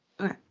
Okay